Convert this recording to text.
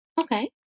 Okay